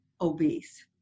obese